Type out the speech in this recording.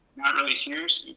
not really here,